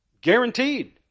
Guaranteed